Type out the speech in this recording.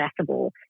accessible